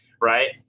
right